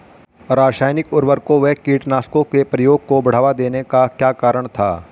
रासायनिक उर्वरकों व कीटनाशकों के प्रयोग को बढ़ावा देने का क्या कारण था?